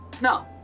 No